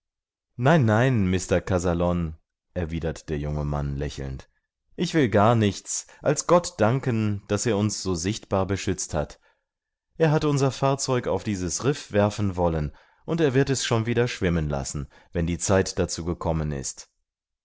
nein nein mr kazallon erwidert der junge mann lächelnd ich will gar nichts als gott danken daß er uns so sichtbar beschützt hat er hat unser fahrzeug auf dieses riff werfen wollen und er wird es schon wieder schwimmen lassen wenn die zeit dazu gekommen ist